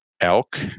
elk